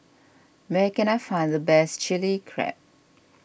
where can I find the best Chilli Crab